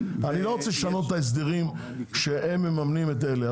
אני לא רוצה לשנות את ההסדרים שאלה מממנים את אלה,